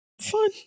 Fun